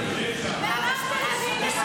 מה זה?